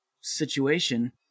situation